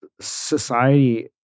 society